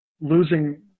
losing